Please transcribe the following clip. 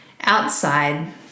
outside